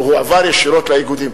וזה הועבר ישירות לאיגודים.